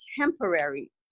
temporary